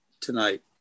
tonight